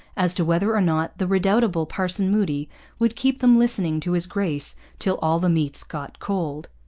as to whether or not the redoubtable parson moody would keep them listening to his grace till all the meats got cold.